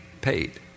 paid